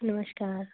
ਨਮਸਕਾਰ